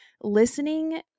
listening